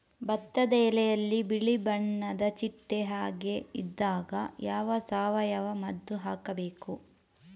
ಭತ್ತದ ಎಲೆಯಲ್ಲಿ ಬಿಳಿ ಬಣ್ಣದ ಚಿಟ್ಟೆ ಹಾಗೆ ಇದ್ದಾಗ ಯಾವ ಸಾವಯವ ಮದ್ದು ಹಾಕಬೇಕು?